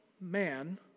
man